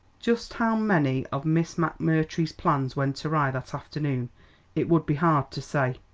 just how many of miss mcmurtry's plans went awry that afternoon it would be hard to say.